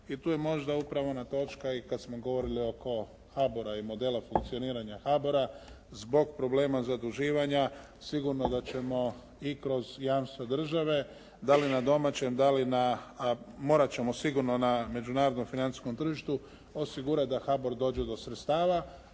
i tu je upravo možda ona točka i kad smo govorili oko HABOR-a i modela funkcioniranja HABOR-a zbog problema zaduživanja sigurno da ćemo i kroz jamstva države da li na domaćem, da li na, a morati ćemo sigurno na međunarodnom financijskom tržištu osigurati da HABOR dođe do sredstava,